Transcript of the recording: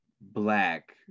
Black